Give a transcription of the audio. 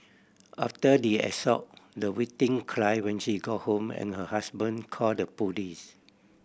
after the assault the victim cried when she got home and her husband called the police